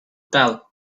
tell